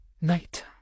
night